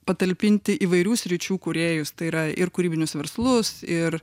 patalpinti įvairių sričių kūrėjus tai yra ir kūrybinius verslus ir